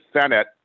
Senate